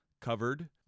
covered